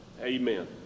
Amen